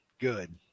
Good